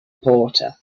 porter